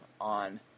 on